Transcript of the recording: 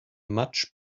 much